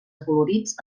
acolorits